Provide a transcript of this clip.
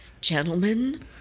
gentlemen